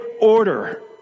order